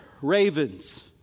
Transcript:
Ravens